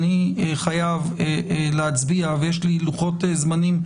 אני חייב להצביע ויש לי לוחות זמנים,